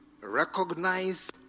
recognize